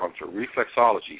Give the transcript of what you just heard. reflexology